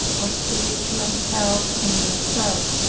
or spiritual health in myself,